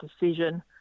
decision